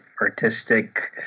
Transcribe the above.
artistic